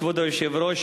כבוד היושב-ראש,